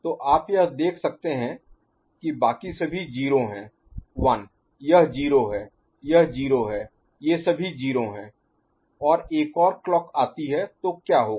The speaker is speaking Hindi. तो आप यह देख सकते हैं कि बाकी सभी 0 हैं 1 यह 0 है यह 0 है ये सभी 0 हैं और एक और क्लॉक आती है तो क्या होगा